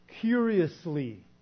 curiously